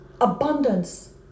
abundance